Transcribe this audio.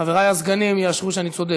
חברי הסגנים יאשרו שאני צודק.